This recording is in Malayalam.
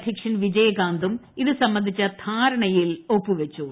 അധ്യക്ഷൻ വിജയകാന്തും ഇതു സംബന്ധിച്ച ധാരണയിൽ ഒപ്പുവച്ചു